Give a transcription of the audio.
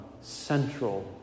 central